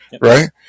right